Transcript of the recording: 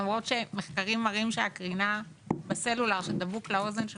למרות שמחקרים מראים שהקרינה בסלולר שדבוק לאוזן של